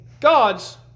God's